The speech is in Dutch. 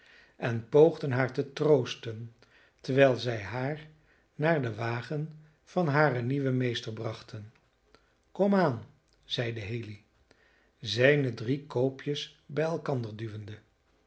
en poogden haar te troosten terwijl zij haar naar den wagen van haren nieuwen meester brachten kom aan zeide haley zijne drie koopjes bij elkander duwende